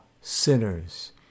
sinners